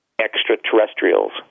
extraterrestrials